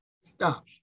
Stop